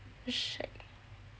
shag